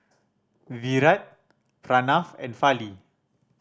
Virat Pranav and Fali